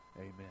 Amen